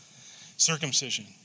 Circumcision